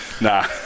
Nah